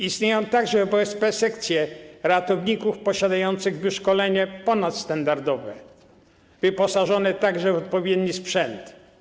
Istnieją także w OSP sekcje ratowników posiadających wyszkolenie ponadstandardowe, wyposażone także w odpowiedni sprzęt.